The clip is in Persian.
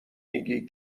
میگی